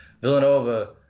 Villanova